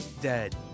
dead